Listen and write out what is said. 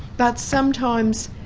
but sometimes